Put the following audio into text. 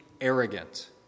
arrogant